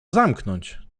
zamknąć